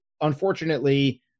unfortunately